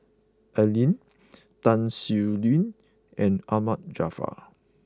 Al Lim Tan Sin Aun and Ahmad Jaafar